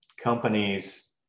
companies